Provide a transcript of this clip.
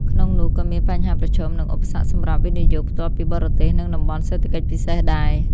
ក្នុងនោះក៏មានបញ្ហាប្រឈម និងឧបសគ្គសម្រាប់ វិនិយោគផ្ទាល់ពីបរទេស និង តំបន់សេដ្ឋកិច្ចពិសេសដែរ។